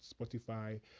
Spotify